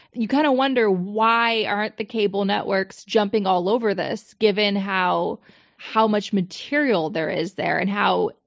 you kind of wonder why aren't the cable networks jumping all over this given how how much material there is there, and how,